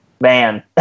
man